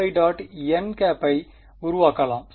n ஐ உருவாகலாம் சரி